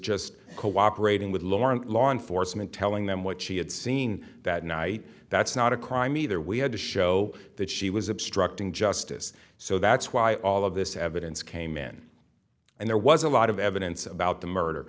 just cooperating with laurent law enforcement telling them what she had seen that night that's not a crime either we had to show that she was obstructing justice so that's why all of this evidence came in and there was a lot of evidence about the murder